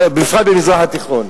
ובפרט במזרח התיכון.